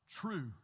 true